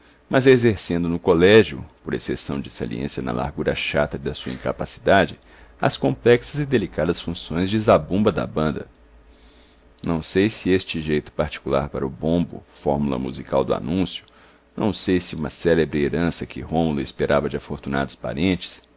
mas exercendo no colégio por exceção de saliência na largura chata da sua incapacidade as complexas e delicadas funções de zabumba da banda não sei se este jeito particular para o bombo fórmula musical do anúncio não sei se uma célebre herança que rômulo esperava de afortunados parentes